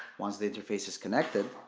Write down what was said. once the interface is connected,